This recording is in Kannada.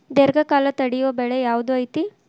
ದೇರ್ಘಕಾಲ ತಡಿಯೋ ಬೆಳೆ ಯಾವ್ದು ಐತಿ?